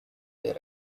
their